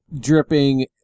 dripping